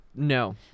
No